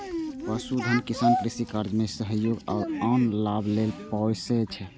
पशुधन किसान कृषि कार्य मे सहयोग आ आन लाभ लेल पोसय छै